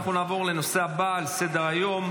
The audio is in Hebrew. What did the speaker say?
אנחנו נעבור לנושא הבא על סדר-היום,